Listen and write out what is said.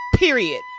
Period